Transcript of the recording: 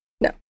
No